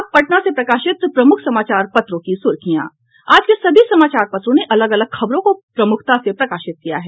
अब पटना से प्रकाशित प्रमुख समाचार पत्रों की सुर्खियां आज के सभी समाचार पत्रों ने अलग अलग खबरों को प्रमुखता से प्रकाशित किया है